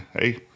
hey